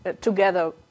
together